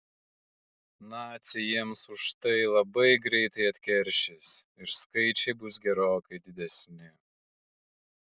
naciai jiems už tai labai greitai atkeršys ir skaičiai bus gerokai didesni